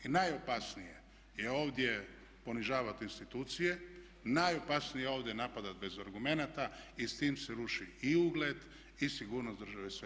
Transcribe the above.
I najopasnije je ovdje ponižavati institucije, najopasnije je ovdje napadati bez argumenata i s tim se ruši i ugled i sigurnost države i sve.